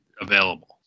available